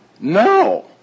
No